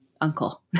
uncle